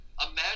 imagine